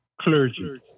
clergy